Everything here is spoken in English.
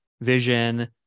vision